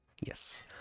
Yes